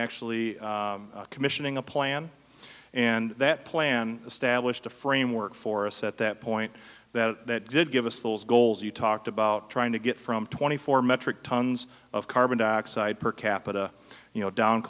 actually commissioning a plan and that plan established a framework for a set that point that did give us those goals you talked about trying to get from twenty four metric tons of carbon dioxide per capita you know down